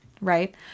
right